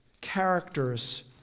characters